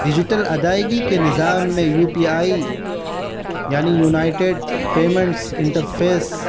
digital ادائیگی کے نظام میں یو پی آئی یعنی یونائٹیڈ پیمنٹس انٹرفیس